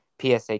PSA